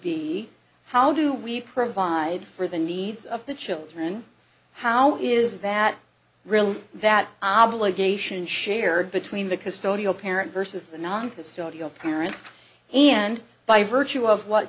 be how do we provide for the needs of the children how is that really that obligation shared between the custodial parent versus the non custodial parent and by virtue of what